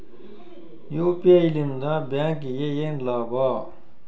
UPI ಲಿಂದ ಬ್ಯಾಂಕ್ಗೆ ಏನ್ ಲಾಭ?